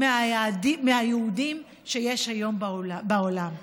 מהיהודים שיש היום בעולם.